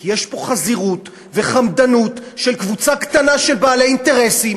כי יש פה חזירות וחמדנות של קבוצה קטנה של בעלי אינטרסים